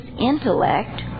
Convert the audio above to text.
intellect